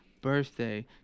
birthday